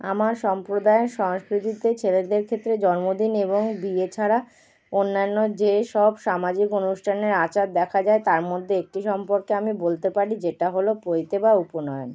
আমার সম্প্রদায়ের সংস্কৃতিতে ছেলেদের ক্ষেত্রে জন্মদিন এবং বিয়ে ছাড়া অন্যান্য যেসব সামাজিক অনুষ্ঠানের আচার দেখা যায় তার মধ্যে একটি সম্পর্কে আমি বলতে পারি যেটা হল পৈতে বা উপনয়ন